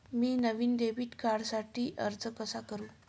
मी नवीन डेबिट कार्डसाठी अर्ज कसा करू?